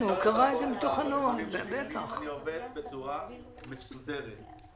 עובד בצורה מסודרת.